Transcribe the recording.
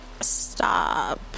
Stop